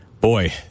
boy